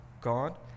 God